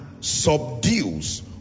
subdues